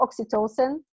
oxytocin